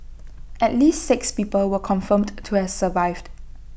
at least six people were confirmed to have survived